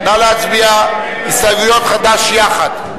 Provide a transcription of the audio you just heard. הסתייגויות חד"ש יחד.